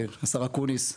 השר אקוניס,